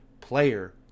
player